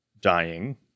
dying